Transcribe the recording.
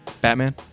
batman